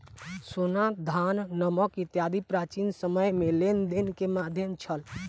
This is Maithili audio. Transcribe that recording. सोना, धान, नमक इत्यादि प्राचीन समय में लेन देन के माध्यम छल